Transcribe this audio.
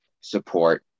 support